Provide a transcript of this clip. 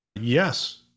yes